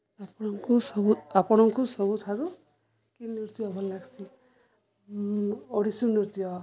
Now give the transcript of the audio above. ଆପଣଙ୍କୁ ସବୁ ଆପଣଙ୍କୁ ସବୁଠାରୁ କି ନୃତ୍ୟ ଭଲ୍ ଲାଗ୍ସି ଓଡ଼ିଶୀ ନୃତ୍ୟ